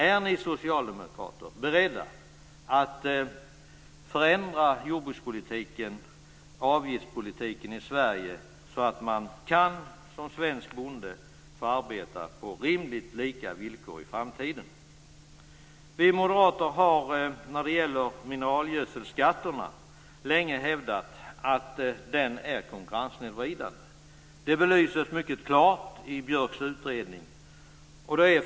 Är ni socialdemokrater beredda att förändra jordbruks och avgiftspolitiken i Sverige så att man som svensk bonde kan få arbeta på rimligt lika villkor i framtiden? Vi moderater har länge hävdat att mineralgödselbeskattningen är konkurrenssnedvridande. Detta belyses mycket klart i Björks utredning.